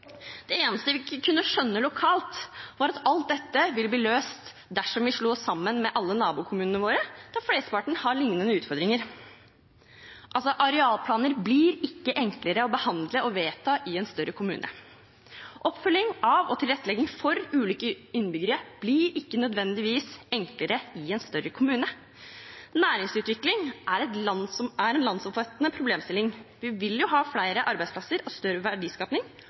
Det eneste vi ikke kunne skjønne lokalt, var at alt dette ville bli løst dersom vi slo oss sammen med alle nabokommunene våre, der flesteparten har lignende utfordringer. Arealplaner blir ikke enklere å behandle og vedta i en større kommune. Oppfølging av og tilrettelegging for ulike innbyggere blir ikke nødvendigvis enklere i en større kommune. Næringsutvikling er en landsomfattende problemstilling. Vi vil jo ha flere arbeidsplasser og større